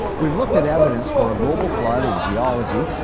we've looked at evidence for a global flood in geology.